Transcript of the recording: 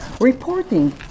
reporting